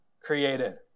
created